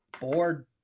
bored